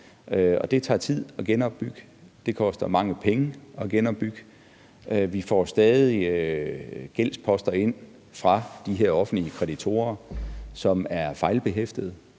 Det tager tid at genopbygge det. Det koster mange penge at genopbygge det. Vi får stadig gældsposter ind fra de her offentlige kreditorer, som er fejlbehæftede,